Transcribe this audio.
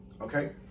okay